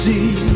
See